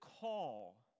call